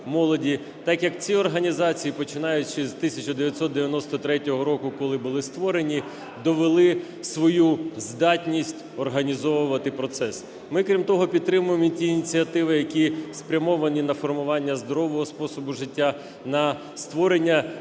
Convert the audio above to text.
Так як ці організації, починаючи з 1993 року, коли були створені, довели свою здатність організовувати процес. Ми, крім того, підтримуємо і ті ініціативи, які спрямовані на формування здорового способу життя, на створення цікавого